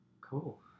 cool